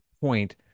point